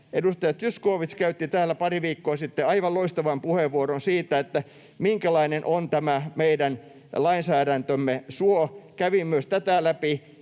Edustaja Zyskowicz käytti täällä pari viikkoa sitten aivan loistavan puheenvuoron siitä, minkälainen on tämä meidän lainsäädäntömme suo. Kävin myös tätä läpi